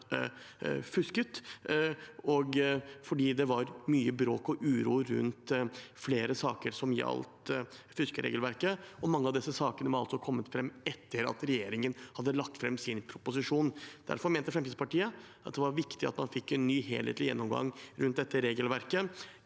det var mye bråk og uro rundt flere saker som gjaldt fuskeregelverket. Mange av disse sakene var kommet fram etter at regjeringen hadde lagt fram sin proposisjon. Derfor mente Fremskrittspartiet at det var viktig at man fikk en ny helhetlig gjennomgang rundt dette regelverket,